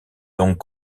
donc